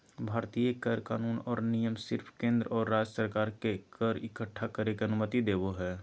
भारतीय कर कानून और नियम सिर्फ केंद्र और राज्य सरकार के कर इक्कठा करे के अनुमति देवो हय